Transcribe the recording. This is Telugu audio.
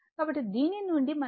కాబట్టి XC 1ω c